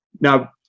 now